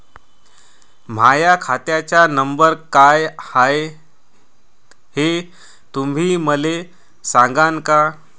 माह्या खात्याचा नंबर काय हाय हे तुम्ही मले सागांन का?